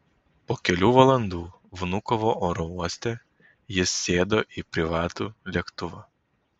po kelių valandų vnukovo oro uoste jis sėdo į privatų lėktuvą